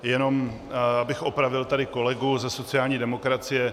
Jenom abych opravil tady kolegu ze sociální demokracie.